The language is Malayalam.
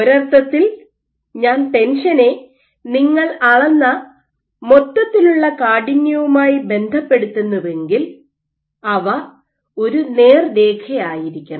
ഒരർഥത്തിൽ ഞാൻ ടെൻഷനെ നിങ്ങൾ അളന്ന മൊത്തത്തിലുള്ള കാഠിന്യവുമായി ബന്ധപ്പെടുത്തുന്നുവെങ്കിൽ അവ ഒരു നേർരേഖയായിരിക്കണം